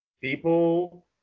People